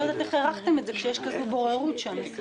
אני לא יודעת איך הערכתם את זה כשיש כזאת בוררות שם...